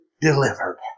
delivered